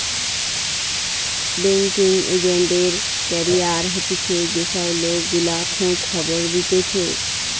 banking agent এর carrier হতিছে যে সব লোক গুলা খোঁজ খবর দিতেছে